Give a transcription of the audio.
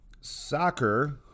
soccer –